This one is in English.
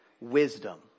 wisdom